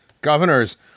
governors